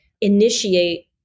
initiate